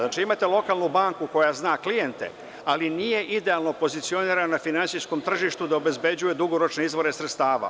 Znači, imate lokalnu banku koja zna klijente, ali nije idealno pozicionirana na finansijskom tržištu da obezbeđuje dugoročne izvore sredstava.